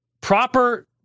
proper